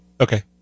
Okay